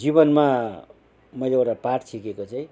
जीवनमा मैले एउटा पाठ सिकेको चाहिँ